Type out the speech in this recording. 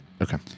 Okay